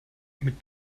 mit